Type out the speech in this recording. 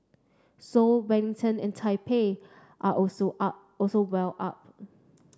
soul Wellington and Taipei are also are also well up